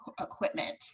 equipment